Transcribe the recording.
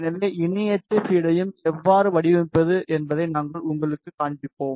எனவே இணை அச்சு ஃபீடையும் எவ்வாறு வடிவமைப்பது என்பதை நாங்கள் உங்களுக்குக் காண்பிப்போம்